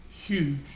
huge